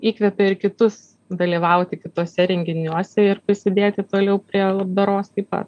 įkvepia ir kitus dalyvauti kituose renginiuose ir prisidėti toliau prie labdaros taip pat